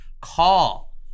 call